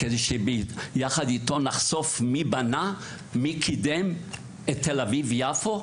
כדי שיחד איתו נחשוף מי בנה וקידם את תל אביב-יפו?